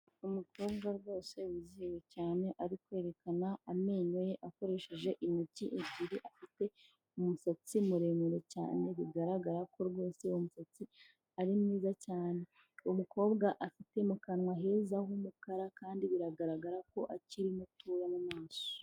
Umukobwa rwose wizihiwe cyane ari kwerekana amenyo ye akoresheje intoki ebyiri, afite umusatsi muremure cyane bigaragara ko rwose uwo musatsi ari mwiza cyane, uwo mukobwa afite mu kanwa keza h'umukara kandi biragaragara ko akiri mutoya mu maso.